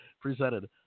presented